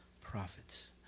prophets